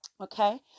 Okay